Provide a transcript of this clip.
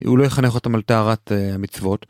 כי הוא לא יחנך אותם על טהרת מצוות.